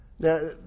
Now